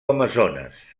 amazones